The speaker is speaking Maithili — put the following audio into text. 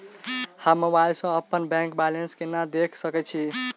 हम मोबाइल सा अपने बैंक बैलेंस केना देख सकैत छी?